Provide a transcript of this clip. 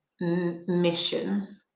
mission